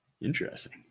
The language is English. Interesting